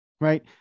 right